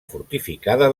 fortificada